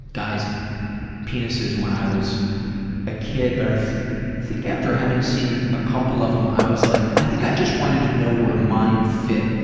guys penises when i was a kid, but i think having seen a couple of them, i was like i think i just wanted to know where mine fit.